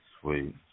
sweet